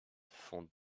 fonde